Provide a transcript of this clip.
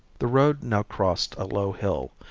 the road now crossed a low hill,